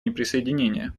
неприсоединения